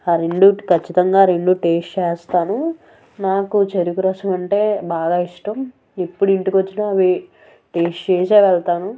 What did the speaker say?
ఆ రెండు కచ్చితంగా అ రెండు టేస్ట్ చేస్తాను నాకు చెరుకు రసం అంటే బాగా ఇష్టం ఎప్పుడు ఇంటికి వచ్చిన అవి టేస్ట్ చేసే వెళ్తాను